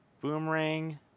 boomerang